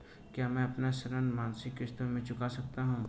क्या मैं अपना ऋण मासिक किश्तों में चुका सकता हूँ?